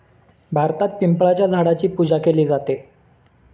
भारतात पिंपळाच्या झाडाची पूजा केली जाते